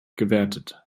gewertet